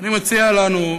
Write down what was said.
ואני מציע לנו,